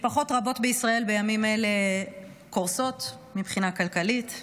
משפחות רבות בישראל בימים אלה קורסות מבחינה כלכלית.